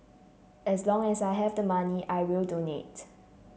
as long as I have the money I will donate